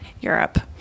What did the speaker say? Europe